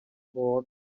board